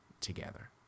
together